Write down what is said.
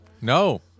No